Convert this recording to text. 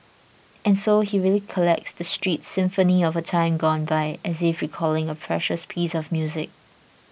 and so he recollects the street symphony of a time gone by as if recalling a precious piece of music